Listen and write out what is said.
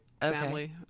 family